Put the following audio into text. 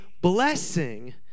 blessing